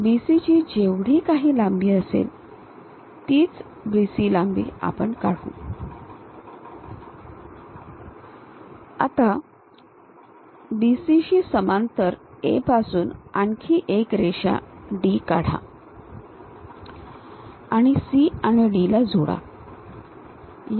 तर B C ची जेवढी काही लांबी असेल तीच B C लांबी आपण काढू आता BC शी समांतर A पासून आणखी एक रेषा D काढा आणि C आणि D ला जोडा